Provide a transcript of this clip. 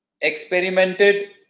Experimented